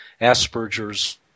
Asperger's